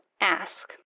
ask